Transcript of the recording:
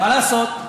מה לעשות,